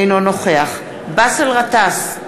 אינו נוכח באסל גטאס,